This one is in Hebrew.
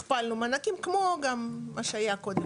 הכפלנו מענקים, כמו גם מה שהיה קודם.